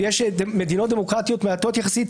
ויש מדינות דמוקרטיות מעטות יחסית,